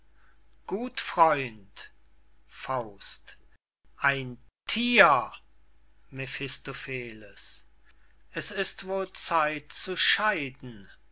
gut freund ein thier mephistopheles es ist wohl zeit zu scheiden